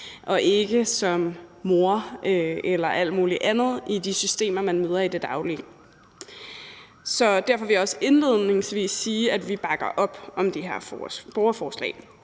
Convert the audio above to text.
og ikke som alt muligt andet i de systemer, man møder i det daglige. Så derfor vil jeg også indledningsvis sige, at vi bakker op om det her borgerforslag.